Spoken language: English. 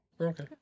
Okay